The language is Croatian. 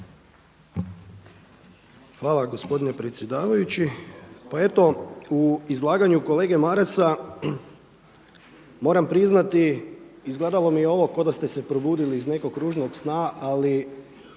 Hvala gospodine predsjedavajući. Pa eto u izlaganju kolege Marasa moram priznati izgledalo mi je ovo kao da ste se probudili iz nekog ružnog sna, ali